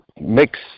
mix